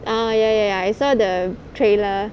ah ya ya ya I saw the trailer